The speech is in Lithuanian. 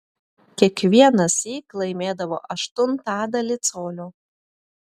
kiekvienąsyk laimėdavo aštuntadalį colio